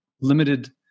limited